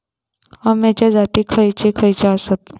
अम्याचे जाती खयचे खयचे आसत?